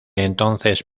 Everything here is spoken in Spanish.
entonces